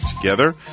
together